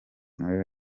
muri